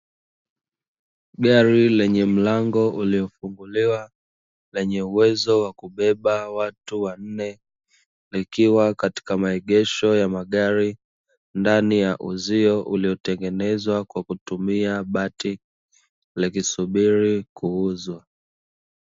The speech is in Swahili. Gari lenye mlango uliofunguliwa, lenye uwezo wa kubeba watu wanne, likiwa katika maegesho ya magari ndani ya uzio uliotengenezwa kwa kutumia bati, likisubiri kuuzwa.